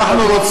אנחנו סיימנו,